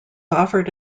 offered